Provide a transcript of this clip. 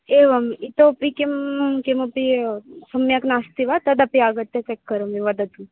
एवम् इतोऽपि किं किमपि सम्यक् नास्ति वा तदपि आगत्य चेक् करोमि वदतु